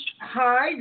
Hi